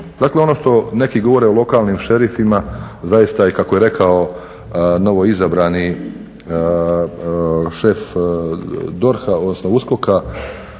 Dakle ono što neki govore o lokalnim šerifima zaista je, kako je rekao novoizabrani šef DORH-a, odnosno USKOK-a,